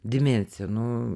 dimensija nu